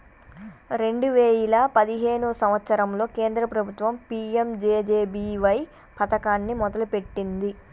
రెండే వేయిల పదిహేను సంవత్సరంలో కేంద్ర ప్రభుత్వం పీ.యం.జే.జే.బీ.వై పథకాన్ని మొదలుపెట్టింది